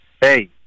hey